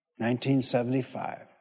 1975